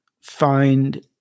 find